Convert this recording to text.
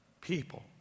people